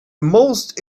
most